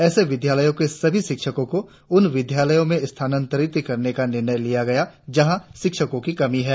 ऐसे विद्यालयों के सभी शिक्षको को उन विद्यालयों में स्थानांतरित करने का निर्णय लिया गया जहां शिक्षको की कमी है